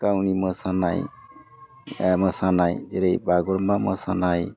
गावनि मोसानाय मोसानाय जेरै बागुरुमबा मोसानाय